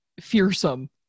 fearsome